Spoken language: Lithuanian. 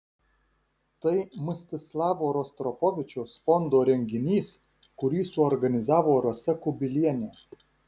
tai mstislavo rostropovičiaus fondo renginys kurį suorganizavo rasa kubilienė